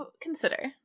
consider